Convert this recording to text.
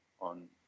on